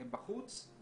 בחוץ,